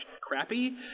crappy